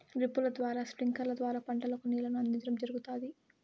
డ్రిప్పుల ద్వారా స్ప్రింక్లర్ల ద్వారా పంటలకు నీళ్ళను అందించడం జరుగుతాది